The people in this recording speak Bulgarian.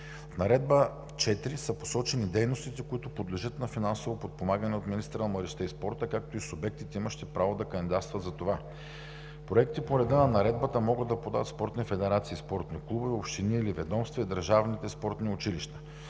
В Наредба № 4 са посочени дейностите, които подлежат на финансово подпомагане от министъра на младежта и спорта, както и субектите, имащи право да кандидатстват за това. Проекти по реда на Наредбата могат да подават спортни федерации и спортни клубове, общини или ведомства, държавните спортни училища.